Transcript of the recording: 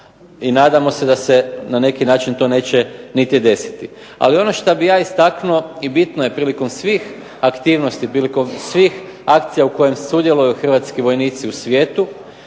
I nadamo se da se na neki način to neće niti desiti. Ali ono šta bih ja istaknuo i bitno je prilikom svih aktivnosti, prilikom svih akcija u kojima sudjeluju hrvatski vojnici u svijetu